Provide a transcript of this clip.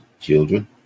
Children